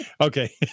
okay